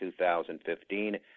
2015